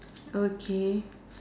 okay